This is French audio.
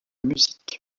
musique